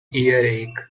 earache